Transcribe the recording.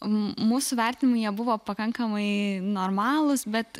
mūsų vertinimu jie buvo pakankamai normalūs bet